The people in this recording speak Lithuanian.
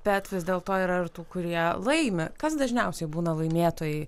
bet vis dėlto yra ir tų kurie laimi kas dažniausiai būna laimėtojai